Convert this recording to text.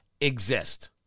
exist